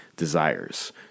desires